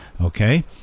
okay